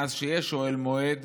מאז שיש אוהל מועד,